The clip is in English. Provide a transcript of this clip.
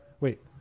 wait